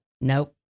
Nope